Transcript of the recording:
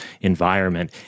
environment